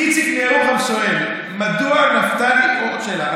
איציק מירוחם שואל: מדוע נפתלי, עוד שאלה.